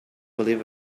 believe